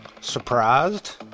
surprised